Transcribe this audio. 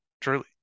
truly